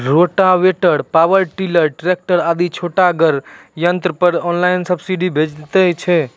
Rotavator, power tiller, tractor आदि छोटगर यंत्र पर ऑनलाइन सब्सिडी भेटैत छै?